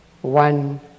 one